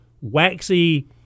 waxy